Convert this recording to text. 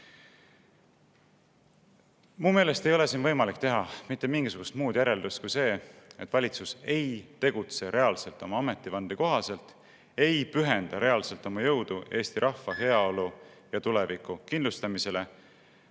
Minu meelest ei ole võimalik teha mitte mingisugust muud järeldust, kui see, et valitsus ei tegutse reaalselt oma ametivande kohaselt, ei pühenda reaalselt oma jõudu Eesti rahva heaolu ja tuleviku kindlustamisele,